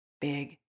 big